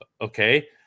okay